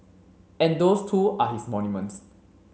and those too are his monuments